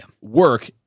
work